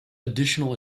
additional